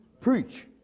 preach